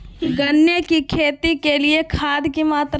गन्ने की खेती के लिए खाद की मात्रा?